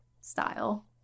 style